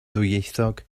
ddwyieithog